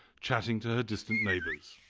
chatting to her distant neighbors.